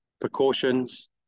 precautions